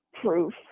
proof